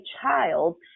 child